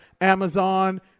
Amazon